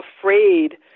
afraid